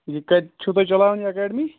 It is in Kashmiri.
یہ کَتہِ چھُو تُہۍ چلاوان یہِ اٮ۪کیڈمی